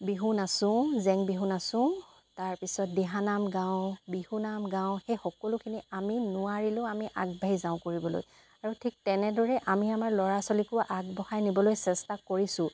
বিহু নাচোঁ জেং বিহু নাচোঁ তাৰ পিছত দিহানাম গাওঁ বিহু নাম গাঁও সেই সকলোখিনি আমি নোৱাৰিলেও আমি আগবাঢ়ি যাওঁ কৰিবলৈ আৰু ঠিক তেনেদৰে আমি আমাৰ ল'ৰা ছোৱালীকো আগবঢ়াই নিবলৈ চেষ্টা কৰিছোঁ